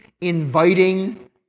inviting